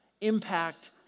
impact